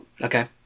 Okay